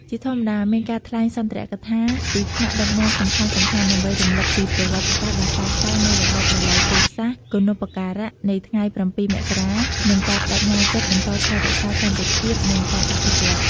ជាធម្មតា មានការថ្លែងសុន្ទរកថាពីថ្នាក់ដឹកនាំសំខាន់ៗ ដើម្បីរំឭកពីប្រវត្តិសាស្ត្រដ៏សោកសៅនៃរបបប្រល័យពូជសាសន៍ គុណូបការៈនៃថ្ងៃ៧ មករា និងការប្ដេជ្ញាចិត្តបន្តថែរក្សាសន្តិភាពនិងការអភិវឌ្ឍន៍។